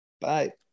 Bye